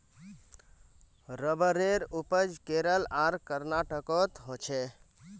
रबरेर उपज केरल आर कर्नाटकोत होछे